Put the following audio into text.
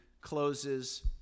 closes